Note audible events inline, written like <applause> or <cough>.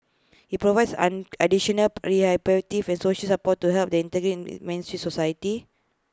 IT provides an additional rehabilitative and <unintelligible> support to help them integrate <unintelligible> main society